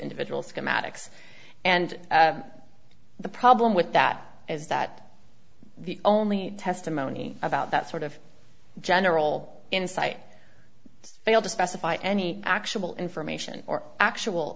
individual schematics and the problem with that is that the only testimony about that sort of general insight failed to specify any actual information or actual